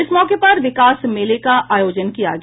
इस मौके पर विकास मेले का आयोजन किया गया